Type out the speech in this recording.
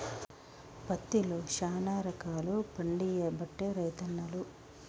పత్తిలో శానా రకాలు పండియబట్టే రైతన్నలు